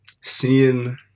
seeing